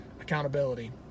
accountability